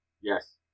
Yes